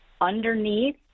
underneath